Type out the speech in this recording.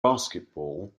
basketball